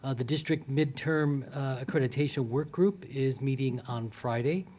ah the district midterm accreditation work group is meeting on friday.